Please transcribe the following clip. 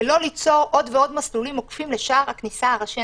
ולא ליצור עוד ועוד מסלולים עוקפים לשער הכניסה הראשי.